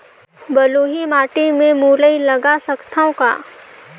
बलुही माटी मे मुरई लगा सकथव का?